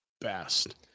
best